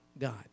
God